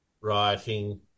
writing